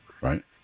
Right